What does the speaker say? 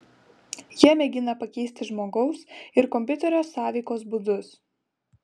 jie mėgina pakeisti žmogaus ir kompiuterio sąveikos būdus